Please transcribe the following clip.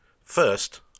First